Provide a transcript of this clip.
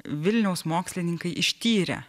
vilniaus mokslininkai ištyrė